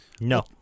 No